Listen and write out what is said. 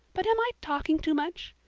but am i talking too much?